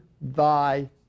thy